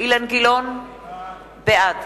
אילן גילאון, בעד